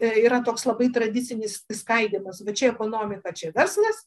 ir yra toks labai tradicinis išskaidymas va čia ekonomika čia verslas